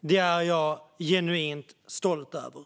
Det är jag genuint stolt över.